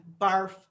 Barf